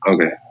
Okay